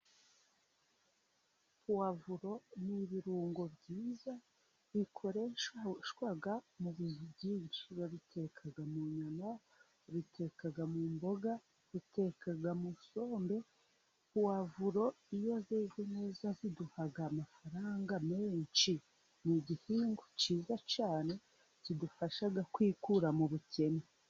Puwavuro n'ibirungo byiza bikoreshwa mu bintu byinshi, babiteka mu nyama, babiteka mu mboga, babiteka musombe puwavuro iyo yeze neza iduha amafaranga menshi ni igihingwa cyiza cyane kidufasha kwikura mu bukene.